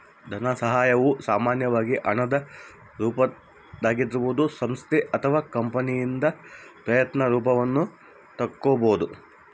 ಧನಸಹಾಯವು ಸಾಮಾನ್ಯವಾಗಿ ಹಣದ ರೂಪದಾಗಿದ್ರೂ ಸಂಸ್ಥೆ ಅಥವಾ ಕಂಪನಿಯಿಂದ ಪ್ರಯತ್ನ ರೂಪವನ್ನು ತಕ್ಕೊಬೋದು